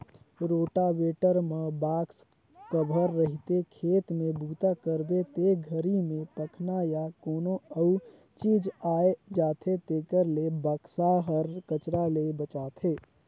rotavator म box cover रहिथे, खेत में बूता करबे ते घरी में पखना या कोनो अउ चीज आये जाथे तेखर ले बक्सा हर कचरा ले बचाथे